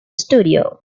studio